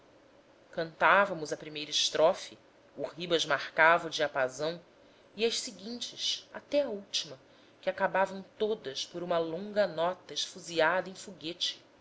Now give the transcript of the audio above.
cantávamos a primeira estrofe o ribas marcava o diapasão e as seguintes ate à última que acabavam todas por uma longa nota esfusiada em foguete